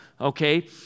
Okay